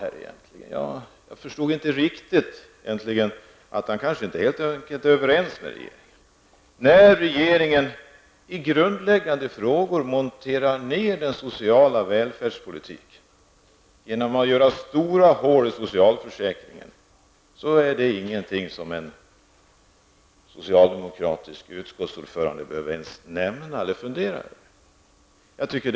Jag förstod inte riktigt om han är överens med regeringen. När regeringen i grundläggande avseenden monterar ned den sociala välfärdspolitiken genom att skapa stora hål i socialförsäkringen, är det tydligen ingenting som en socialdemokratisk utskottsordförande behöver nämna eller fundera över.